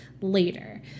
later